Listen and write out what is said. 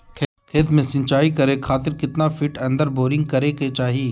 खेत में सिंचाई करे खातिर कितना फिट अंदर बोरिंग करे के चाही?